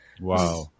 wow